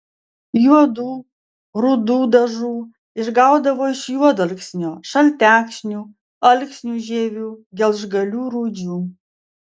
juodų rudų dažų išgaudavo iš juodalksnio šaltekšnių alksnių žievių gelžgalių rūdžių